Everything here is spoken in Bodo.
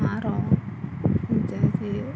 आरो